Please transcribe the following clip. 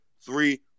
three